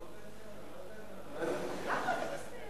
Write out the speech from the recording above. למה אתה מסתייג?